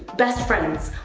best friends.